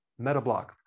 Metablock